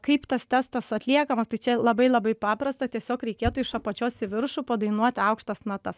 kaip tas testas atliekamas tai čia labai labai paprasta tiesiog reikėtų iš apačios į viršų padainuoti aukštas natas